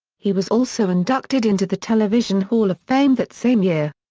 he was also inducted into the television hall of fame that same year.